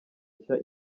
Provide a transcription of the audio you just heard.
nshya